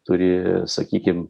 turi sakykim